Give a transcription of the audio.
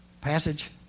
passage